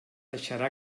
deixarà